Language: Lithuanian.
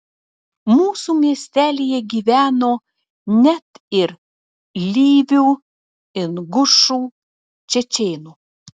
mūsų miestelyje gyveno net ir lyvių ingušų čečėnų